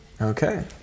Okay